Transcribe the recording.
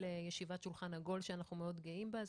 ישיבת שולחן עגול שאנחנו מאוד גאים בה.